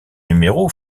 numéros